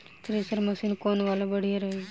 Thresher machine कौन वाला बढ़िया रही?